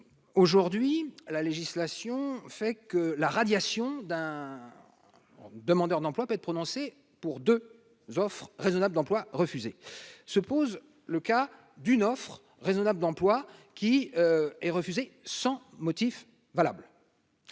aujourd'hui, la législation fait que la radiation d'un demandeur d'emploi peut être prononcée pour 2 offres raisonnables d'emploi refusé, se pose le cas d'une offre raisonnable d'emploi qui est refusé, sans motif valable